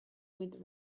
with